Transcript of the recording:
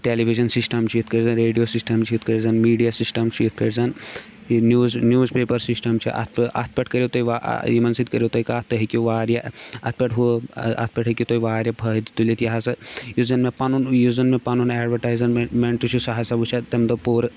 ٹیلی television system چھِ یِتھ کٔنۍ زَن ریڈیو سِسٹَم چھِ یِتھ کٔنۍ زَن میٖڈیا سِسٹَم چھِ یِتھ پٲٹھۍ زَن یہِ نوٕز نوٕز پیپَر سِسٹَم چھِ اَتھ پہ اَتھ پٮ۪ٹھ کٔرِو تُہۍ یِمَن سۭتۍ کٔرِو تُہۍ کَتھ تُہۍ ہیٚکو واریاہ اَتھ پٮ۪ٹھ ہُہ اَتھ پٮ۪ٹھ ہیٚکو تُہۍ واریاہ فٲیدٕ تُلِتھ یہِ ہَسا یُس زَن مےٚ پَنُن یُس زَن مےٚ پَنُن اٮ۪ڈوَٹایزَن میٚن میٚنٹہٕ چھِ سُہ ہَسا وٕچھے تَمہِ دۄہ پوٗرٕ